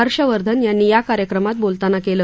हर्षवर्धन यांनी या कार्यक्रमात बोलताना केलं